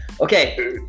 Okay